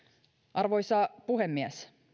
arvoisa puhemies